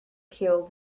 killed